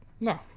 No